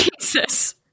Jesus